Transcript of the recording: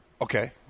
Okay